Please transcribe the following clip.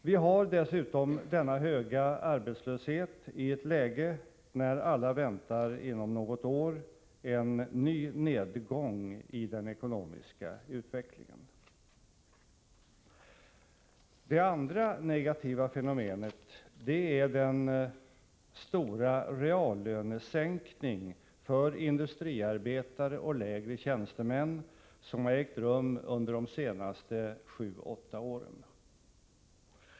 Vi har dessutom denna höga arbetslöshet i ett läge när alla väntar, inom något år, en ny nedgång i den ekonomiska utvecklingen. Det andra negativa fenomenet är den stora reallönesänkning för industriarbetare och lägre tjänstemän som har ägt rum under de senaste sju-åtta åren.